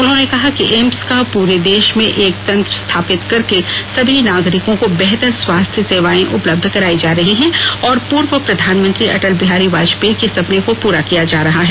उन्होंने कहा कि एम्स का पूरे देश में एक तंत्र स्थापित करके सभी नागरिको को बेहतर स्वास्थ्य सेवाएं उपलब्ध कराई जा रही हैं और पूर्व प्रधानमंत्री अटल बिहारी वाजपेयी के सपने को पूरा किया जा रहा है